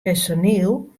personiel